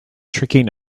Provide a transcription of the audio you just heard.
tricking